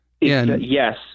Yes